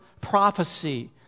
prophecy